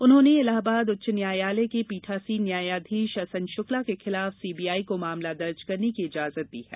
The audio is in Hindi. उन्होंने इलाहाबाद उच्च न्यायालय के पीठासीन न्यायाधीश एस एन शुक्ला के खिलाफ सीबीआई को मामला दर्ज करने की इजाजत दी है